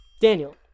Daniel